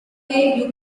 way